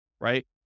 right